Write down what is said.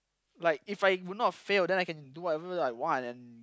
like if I would not fail then I can do whatever I want and